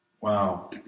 Wow